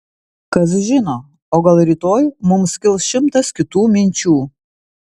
kas žino o gal rytoj mums kils šimtas kitų minčių